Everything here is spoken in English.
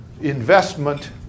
investment